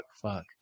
fuck